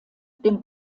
dem